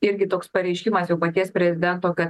irgi toks pareiškimas jau paties prezidento kad